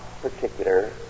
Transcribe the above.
particular